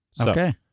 Okay